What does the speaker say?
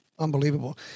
Unbelievable